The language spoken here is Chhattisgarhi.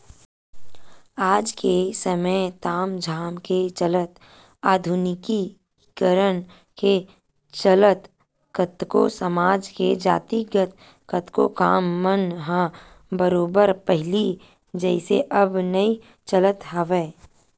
आज के समे ताम झाम के चलत आधुनिकीकरन के चलत कतको समाज के जातिगत कतको काम मन ह बरोबर पहिली जइसे अब नइ चलत हवय